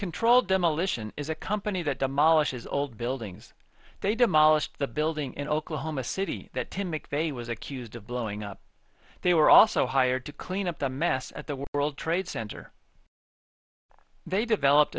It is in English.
controlled demolition is a company that demolish his old buildings they demolished the building in oklahoma city that tim mcveigh was accused of blowing up they were also hired to clean up the mess at the world trade center they developed